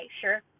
Sure